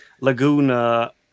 Laguna